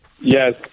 Yes